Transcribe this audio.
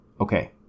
Okay